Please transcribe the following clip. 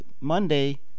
monday